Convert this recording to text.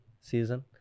season